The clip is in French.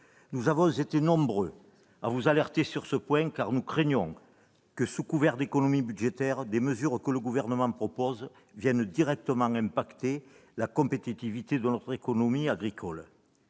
Nous avons été nombreux à vous alerter sur ce point, car nous craignons que, sous couvert d'économies budgétaires, les mesures que le Gouvernement propose ne viennent directement affecter la compétitivité de notre économie agricole.